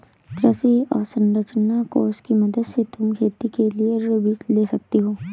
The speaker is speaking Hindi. कृषि अवसरंचना कोष की मदद से तुम खेती के लिए ऋण भी ले सकती हो